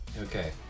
Okay